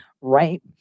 right